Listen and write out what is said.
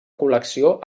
col·lecció